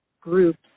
groups